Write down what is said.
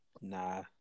nah